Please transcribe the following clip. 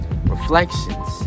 Reflections